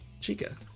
Chica